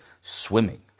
swimming